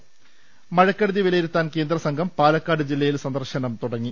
ൾ ൽ ൾ മഴക്കെടുതി വിലയിരുത്താൻ കേന്ദ്രസംഘം പാലക്കാട് ജില്ലയിൽ സന്ദർശനം തുടങ്ങി